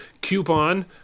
coupon